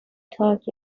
talk